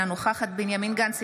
אינה נוכחת בנימין גנץ,